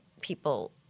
people